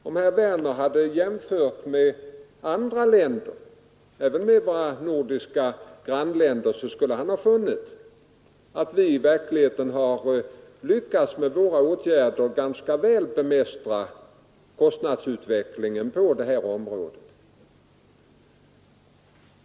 Om herr Werner jämfört med andra länder — även med våra nordiska grannländer — skulle han ha funnit att vi i verkligheten har lyckats att med våra åtgärder ganska väl bemästra kostnadsutvecklingen på detta område.